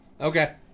Okay